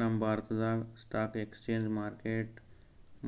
ನಮ್ ಭಾರತ್ದಾಗ್ stock exchange market